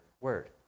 word